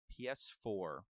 PS4